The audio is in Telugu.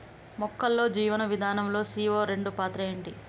మొక్కల్లో జీవనం విధానం లో సీ.ఓ రెండు పాత్ర ఏంటి?